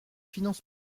finances